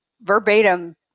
verbatim